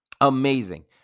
amazing